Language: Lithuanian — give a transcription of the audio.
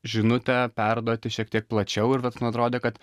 žinutę perduoti šiek tiek plačiau ir vat man atrodė kad